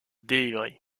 délivrer